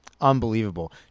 Unbelievable